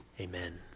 Amen